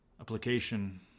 Application